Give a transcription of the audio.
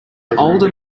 older